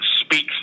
speaks